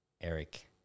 Eric